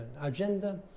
agenda